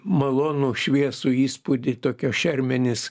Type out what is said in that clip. malonų šviesų įspūdį tokios šermenis